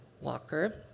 Walker